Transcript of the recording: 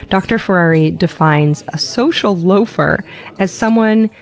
dr. ferrari defines a social loafer as someone,